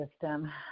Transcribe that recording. system